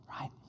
right